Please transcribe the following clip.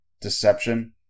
Deception